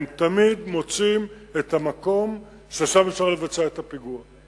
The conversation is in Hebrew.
הם תמיד מוצאים את המקום ששם אפשר לבצע את הפיגוע,